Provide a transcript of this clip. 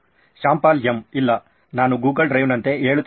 Shyam Pal M ಇಲ್ಲ ನಾನು Google ಡ್ರೈವ್ನಂತೆ ಹೇಳುತ್ತಿದ್ದೇನೆ